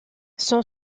son